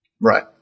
Right